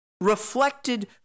reflected